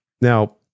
Now